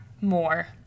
more